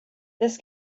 this